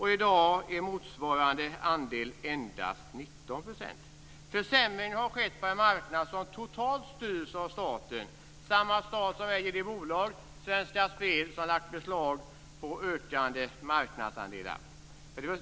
I dag är motsvarande andel endast 19 %. Försämringen har skett på en marknad som totalt styrs av staten, samma stat som äger det bolag, Svenska Spel, som lagt beslag på ökande marknadsandelar.